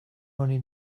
money